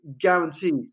guaranteed